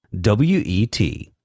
W-E-T